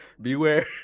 beware